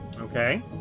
Okay